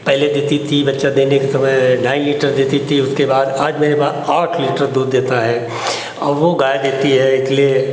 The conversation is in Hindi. पहले देती थी बच्चा देने के समय ढाई लीटर देती थी उसके बाद आठ महीने बाद आठ लीटर दूध देता है और वो गाय देती है इसलिए